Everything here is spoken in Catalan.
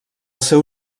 seu